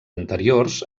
anteriors